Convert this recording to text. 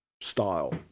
style